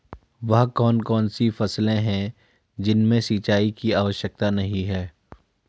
वह कौन कौन सी फसलें हैं जिनमें सिंचाई की आवश्यकता नहीं है?